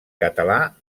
català